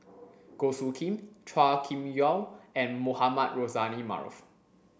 Goh Soo Khim Chua Kim Yeow and Mohamed Rozani Maarof